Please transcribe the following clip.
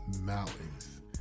mountains